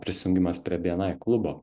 prisijungimas prie bni klubo